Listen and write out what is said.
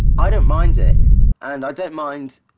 i don't mind it and i don't mind.